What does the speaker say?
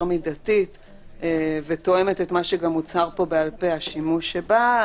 מידתית ותואמת את מה שגם הוצהר פה לגבי השימוש שבה.